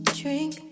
drink